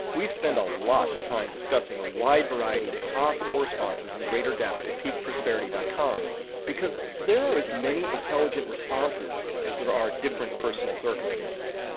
we spend a lot of time discussing a wide variety of possible responses in greater depth at peakprosperity dot com because there are as many intelligent responses as there are different personal circumstances.